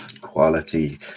quality